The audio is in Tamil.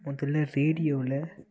முதல்ல ரேடியோவில்